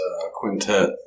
quintet